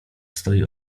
stoi